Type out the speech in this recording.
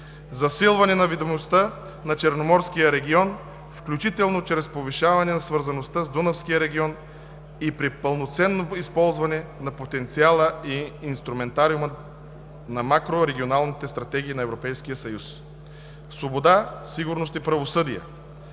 засилване на видимостта на Черноморския регион, включително чрез повишаване на свързаността с Дунавския регион, и при пълноценно използване на потенциала и инструментариума на макрорегионалните стратегии на Европейския съюз. 1.6. Свобода, сигурност и правосъдие